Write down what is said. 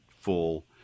full